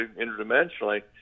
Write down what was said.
interdimensionally